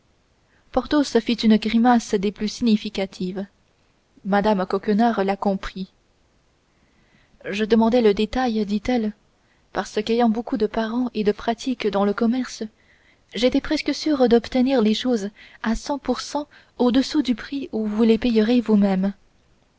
porthos fit une grimace des plus significatives mme coquenard la comprit je demandais le détail dit-elle parce qu'ayant beaucoup de parents et de pratiques dans le commerce j'étais presque sûre d'obtenir les choses à cent pour cent au-dessous du prix où vous les payeriez vous-même